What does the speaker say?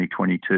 2022